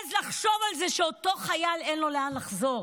לחשוב על זה, שאותו חייל, אין לו לאן לחזור.